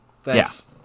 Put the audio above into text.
Thanks